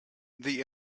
the